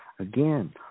Again